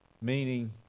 meaning